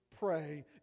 pray